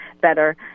better